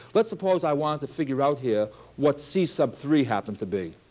let's suppose i wanted to figure out here what c sub three happened to be.